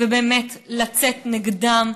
ובאמת לצאת נגדם,